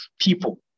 people